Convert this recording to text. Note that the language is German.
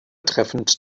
treffend